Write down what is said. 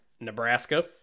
Nebraska